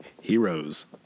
Heroes